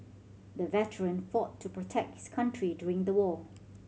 the veteran fought to protect his country during the war